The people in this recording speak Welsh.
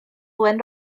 owen